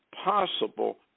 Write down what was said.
possible